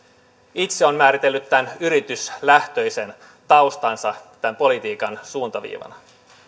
itse on määritellyt tämän yrityslähtöisen taustansa tämän politiikan suuntaviivana seuraavan